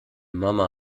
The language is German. mama